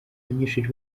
abanyeshuri